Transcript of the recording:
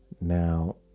Now